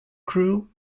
crew